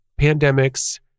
pandemics